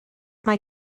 mae